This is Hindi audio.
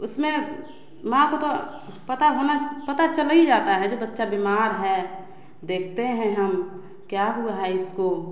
उसमे माँ को तो पता होना पता चला ही जाता है जो बच्चा बीमार है देखते हैं हम क्या हुआ है इसको